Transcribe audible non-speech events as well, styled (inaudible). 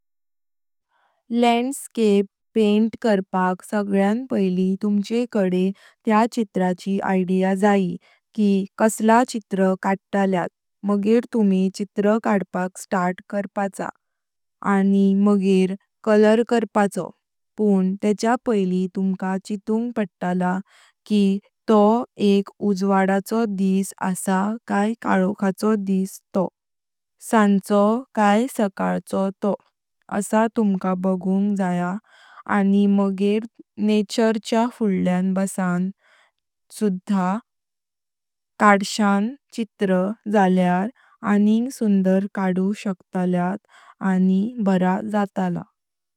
Landscape paint करपाक सगळ्यांनी पयली तुमचे कडे त्या चित्राची आयडिया जाय की कसला चित्र कडातलंय मगेर तुमी चित्र कडपाक स्टार्ट करपाचो आणि मगेर कलर करपाचो पण तच्य पयली तुम्हका चितून पडतालो की तो एक उज्वाडो दिस आसां कांव काळोखाचो तो। सांचो कांव सकाळचो तो आसां तुम्हका बगूंग जाया आणि मगेर नेचरच्या फुळ्यान बसन सुधा (hesitation) कडशायन चित्र झाल्यार आणीग सुंदर काडू शकतांलयात आणि बरं जातालां।